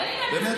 הינה,